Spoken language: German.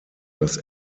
dass